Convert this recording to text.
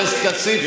חבר הכנסת כסיף,